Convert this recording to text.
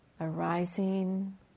arising